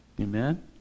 Amen